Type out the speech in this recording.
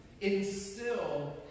instill